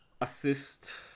assist